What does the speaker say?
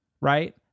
Right